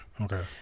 okay